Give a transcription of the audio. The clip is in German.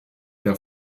der